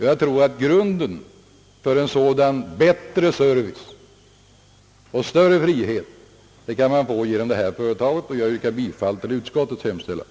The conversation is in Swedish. Jag tror att grunden för en bättre service med större frihet kan man få genom detta företag, och jag yrkar bifall till utskottets hemställan.